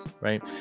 right